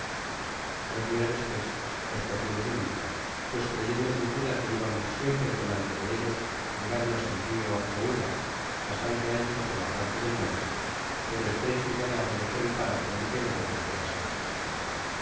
dos dias despues los perdimos de vista pues creyendo sin duda que íbamos siempre delante de ellos llegaron hasta el rio ouda bastante ancho por la parte del norte pero estrecho y vadeable por el paraje en que nosotros lo pasamos